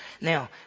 Now